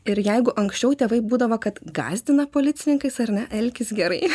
ir jeigu anksčiau tėvai būdavo kad gąsdina policininkais ar ne elkis gerai